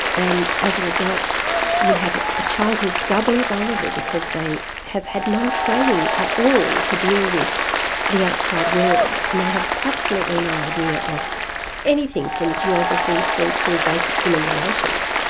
and as a result you have a child who's doubly vulnerable because they have had no training at all to deal with the outside world, and they have absolutely no idea of anything, from geography through to basic human relations.